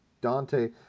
dante